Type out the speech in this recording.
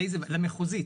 למחוזית.